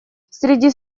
среди